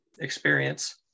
experience